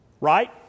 Right